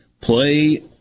play